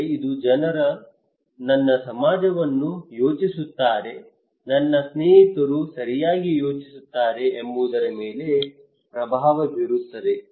ಆದರೆ ಇದು ಇತರ ಜನರು ನನ್ನ ಸಮಾಜವನ್ನು ಯೋಚಿಸುತ್ತಾರೆ ನನ್ನ ಸ್ನೇಹಿತರು ಸರಿಯಾಗಿ ಯೋಚಿಸುತ್ತಾರೆ ಎಂಬುದರ ಮೇಲೆ ಪ್ರಭಾವ ಬೀರುತ್ತದೆ